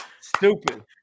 Stupid